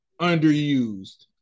underused